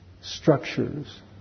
structures